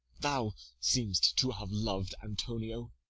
thou seem'st to have lov'd antonio.